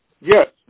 Yes